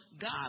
God